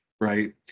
right